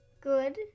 Good